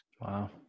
Wow